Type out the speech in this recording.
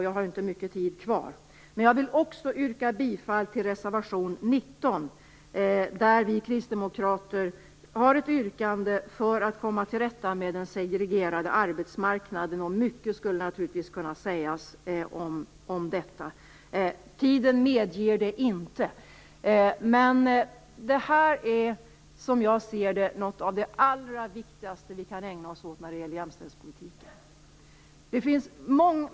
Jag har inte mycket tid kvar, men jag vill även yrka bifall till reservation 19, där vi kristdemokrater har ett yrkande som innebär att vi vill komma till rätta med den segregerade arbetsmarknaden. Mycket skulle naturligtvis kunna sägas om detta. Tiden medger emellertid inte att jag gör det. Som jag ser det är detta något av det allra viktigaste som vi kan ägna oss åt när det gäller jämställdhetspolitiken.